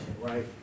right